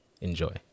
Enjoy